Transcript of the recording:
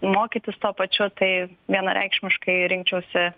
mokytis tuo pačiu tai vienareikšmiškai rinkčiausi